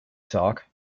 talk